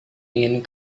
ingin